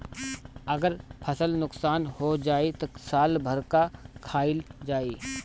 अगर फसल नुकसान हो जाई त साल भर का खाईल जाई